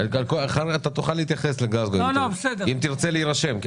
תוכל להתייחס לגלזגו, אם תרצה להירשם.